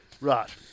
Right